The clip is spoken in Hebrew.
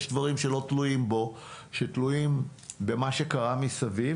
יש דברים שלא תלויים בו, שתלויים במה שקרה מסביב.